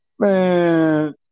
Man